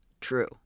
true